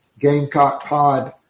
GamecockPod